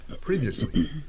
previously